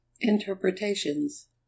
Interpretations